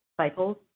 cycles